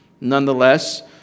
nonetheless